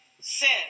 sin